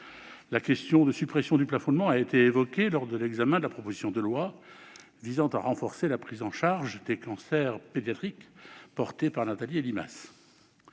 La question de la suppression du plafonnement a été évoquée lors de l'examen de la proposition de loi visant à renforcer la prise en charge des cancers pédiatriques par la recherche,